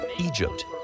Egypt